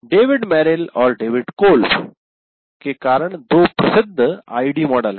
David Merrill और David Kolb के कारण दो प्रसिद्ध आईडी मॉडल हैं